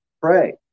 Pray